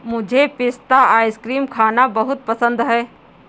मुझे पिस्ता आइसक्रीम खाना बहुत पसंद है